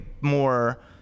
more